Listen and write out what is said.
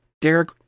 Derek